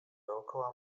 dookoła